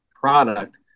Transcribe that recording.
product